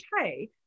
okay